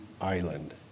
island